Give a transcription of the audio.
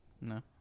No